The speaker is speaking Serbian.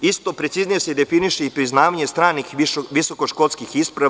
Isto, preciznije se definiše i priznavanje stranih visokoškolskih isprava.